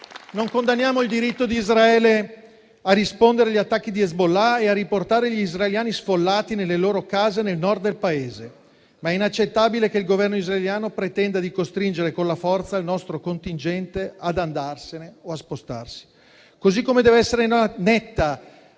Non condanniamo il diritto di Israele a rispondere agli attacchi di Hezbollah e a riportare gli israeliani sfollati nelle loro case nel Nord del Paese, ma è inaccettabile che il Governo israeliano pretenda di costringere con la forza il nostro contingente ad andarsene o a spostarsi, così come dev'essere netta